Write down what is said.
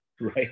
right